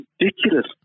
ridiculous